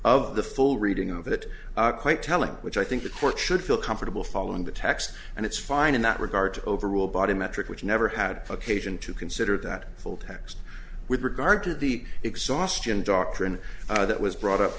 of the full reading of it quite telling which i think the court should feel comfortable following the text and it's fine in that regard to overrule bottom metric which never had occasion you consider that full text with regard to the exhaustion doctrine that was brought up